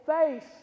face